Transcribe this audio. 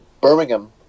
Birmingham